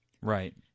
right